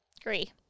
Agree